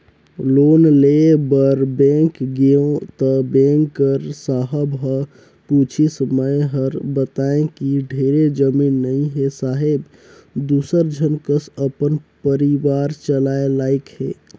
loan लेय बर bank गेंव त बेंक कर साहब ह पूछिस मै हर बतायें कि ढेरे जमीन नइ हे साहेब दूसर झन कस अपन परिवार चलाय लाइक हे